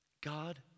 God